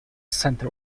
center